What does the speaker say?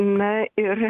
na ir